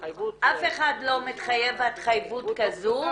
התחייבות --- אף אחד לא מתחייב התחייבות כזו.